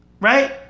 Right